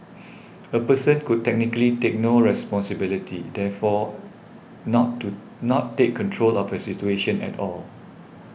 a person could technically take no responsibility therefore not to not take control of a situation at all